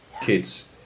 kids